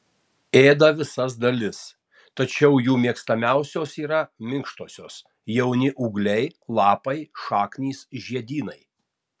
ėda visas dalis tačiau jų mėgstamiausios yra minkštosios jauni ūgliai lapai šaknys žiedynai